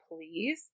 please